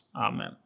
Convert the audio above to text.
Amen